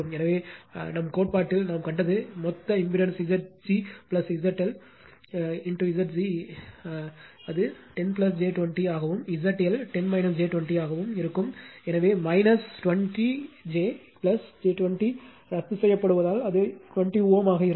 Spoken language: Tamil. எனவே நம்கோட்பாட்டில் நாம் கண்டது மொத்த impedance Zg ZL Zg is 10 j 20 ஆகவும் ZL 10 j 20 ஆகவும் இருக்கும் எனவே j 20 j 20 ரத்துசெய்தால் அது 20 Ω ஆக இருக்கும்